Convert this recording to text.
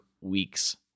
week's